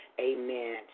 amen